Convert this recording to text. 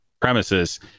premises